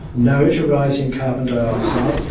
no to rising carbon dioxide,